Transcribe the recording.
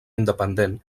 independent